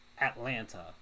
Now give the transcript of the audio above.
Atlanta